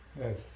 Yes